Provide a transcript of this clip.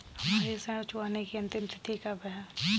हमारी ऋण चुकाने की अंतिम तिथि कब है?